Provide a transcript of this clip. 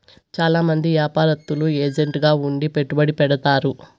చాలా మంది యాపారత్తులు ఏజెంట్ గా ఉండి పెట్టుబడి పెడతారు